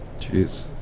Jeez